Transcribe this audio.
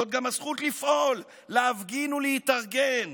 זאת גם הזכות לפעול, להפגין ולהתארגן